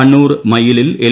കണ്ണൂർ മയ്യിലിൽ എൽ